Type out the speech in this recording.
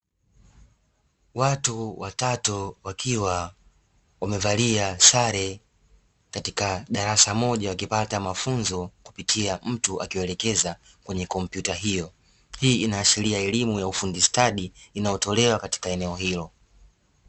Watu watatu wakiwa wamevalia sare katika darasa moja wakipata mafunzo kupitia mtu akiwaelekeza kwenye kompyuta hiyo, hii inaashiria elimu ya ufundi stadi inayotolewa katika eneo hilo.